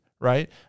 right